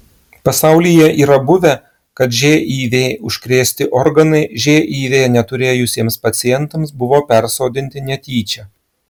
pasaulyje yra buvę kad živ užkrėsti organai živ neturėjusiems pacientams buvo persodinti netyčia